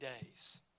days